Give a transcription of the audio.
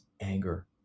anger